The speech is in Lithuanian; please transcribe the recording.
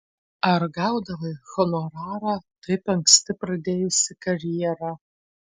ar gaudavai honorarą taip anksti pradėjusi karjerą